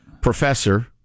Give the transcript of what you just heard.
professor